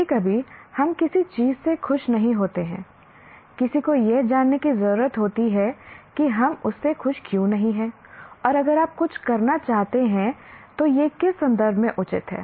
कभी कभी हम किसी चीज से खुश नहीं होते हैं किसी को यह जानने की जरूरत होती है कि हम उससे खुश क्यों नहीं हैं और अगर आप कुछ करना चाहते हैं तो यह किस संदर्भ में उचित है